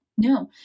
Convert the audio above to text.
No